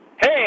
hey